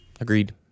Agreed